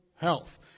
health